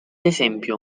esempio